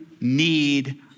need